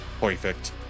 Perfect